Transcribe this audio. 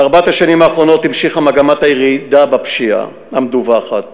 בארבע השנים האחרונות המשיכה מגמת הירידה בפשיעה המדווחת,